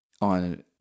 on